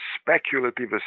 speculative